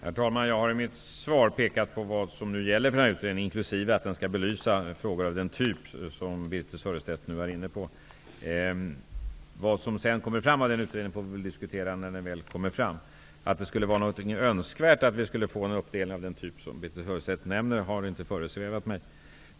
Herr talman! Jag har i mitt svar pekat på vilka direktiv som gäller för utredningen. Den skall belysa frågor av den typ som Birthe Sörestedt nu är inne på. Vad den utredningen kommer fram till får vi diskutera när den väl är klar. Att det skulle vara önskvärt att vi får en uppdelning av den typ Birthe Sörestedt nämner har inte föresvävat mig.